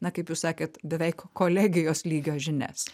na kaip jūs sakėt beveik kolegijos lygio žinias